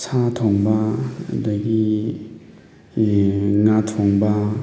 ꯁꯥ ꯊꯣꯡꯕ ꯑꯗꯒꯤ ꯉꯥ ꯊꯣꯡꯕ